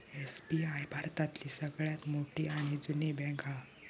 SBI भारतातली सगळ्यात मोठी आणि जुनी बॅन्क हा